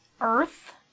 Earth